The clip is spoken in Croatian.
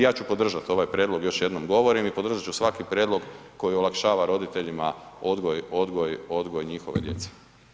Ja ću podržati ovaj prijedlog, još jednom govorim i podržat ću svaki prijedlog koji olakšava roditeljima odgoj njihove djece.